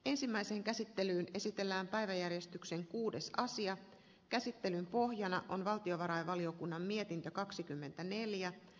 ensimmäiseen käsittelyyn esitellään päiväjärjestykseen kuudes casian käsittelyn pohjana on valtiovarainvaliokunnan tähän toimintaan